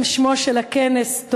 מעצם שמו של הכנס,